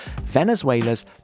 Venezuela's